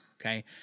okay